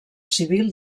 civil